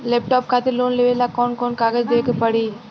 Laptop खातिर loan लेवे ला कौन कौन कागज देवे के पड़ी?